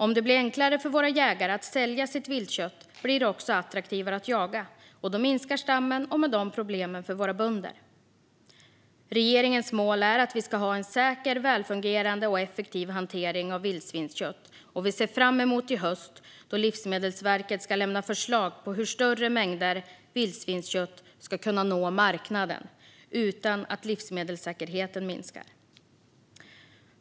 Om det blir enklare för våra jägare att sälja sitt viltkött blir det också attraktivare att jaga. Då minskar stammen och problemen för våra bönder. Regeringens mål är att vi ska ha en säker, välfungerande och effektiv hantering av vildsvinskött. Vi ser fram emot i höst då Livsmedelsverket ska lämna förslag på hur större mängder vildsvinskött ska kunna nå marknaden utan att livsmedelssäkerheten minskar.